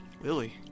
Lily